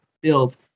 build